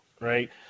right